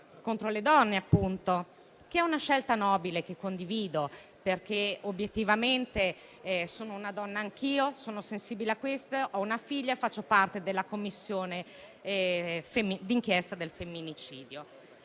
contro le donne: una scelta nobile che condivido, perché obiettivamente sono una donna anch'io, sono sensibile al tema, ho una figlia, faccio parte della Commissione d'inchiesta contro il femminicidio.